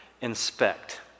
Inspect